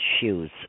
shoes